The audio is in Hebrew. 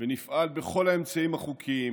ונפעל בכל האמצעים החוקיים,